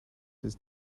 his